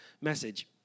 message